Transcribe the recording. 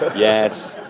yes.